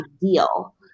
deal